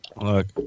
Look